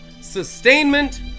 sustainment